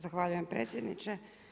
Zahvaljujem predsjedniče.